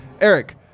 Eric